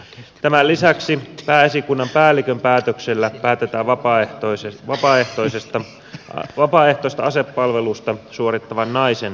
tämän lisäksi pääesikunnan päällikön päätöksellä päätetään vapaaehtoista asepalvelusta suorittavan naisen varusrahasta